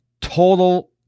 total